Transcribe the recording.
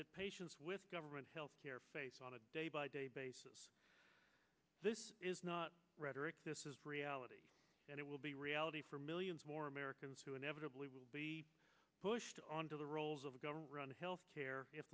that patients with government health care face on a day by day basis this is not rhetoric to reality and it will be reality for millions more americans who inevitably will be pushed onto the rolls of government run health care if